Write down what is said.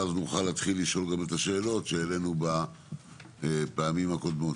ואז נוכל להתחיל לשאול גם את השאלות שהעלינו בפעמים הקודמות.